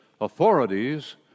authorities